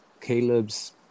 Caleb's